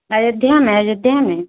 अयोध्या में अयोध्या में